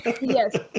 Yes